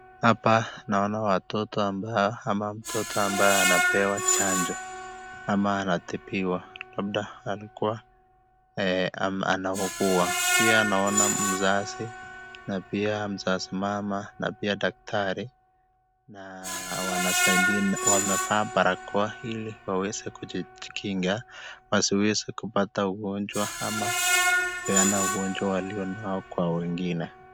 Hapa naona watoto ama mtoto ambaye anapewa chanjo ama anatibiwa. Labda alikuwa anaugua. Pia naona mzazi na pia mzazi mama na pia daktari na wanasaidiana wamevaa barakoa ili waweze kujikinga wasiweze kupata ugonjwa ama kupeana ugonjwa walio nao kwa wengine.